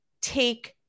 take